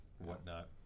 whatnot